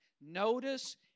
Notice